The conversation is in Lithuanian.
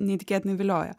neįtikėtinai vilioja